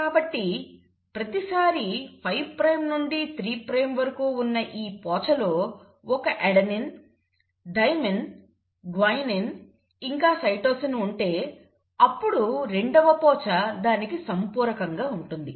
కాబట్టి ప్రతిసారీ 5 ప్రైమ్ నుండి 3 ప్రైమ్ వరకు ఉన్న ఈ పోచ లో ఒక అడెనిన్ థైమిన్ గ్వానిన్ ఇంకా సైటోసిన్ ఉంటే అప్పుడు రెండవ పోచ దానికి సంపూరకంగా ఉంటుంది